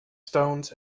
stones